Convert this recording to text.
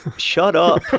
shut up.